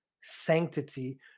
sanctity